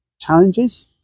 challenges